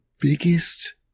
biggest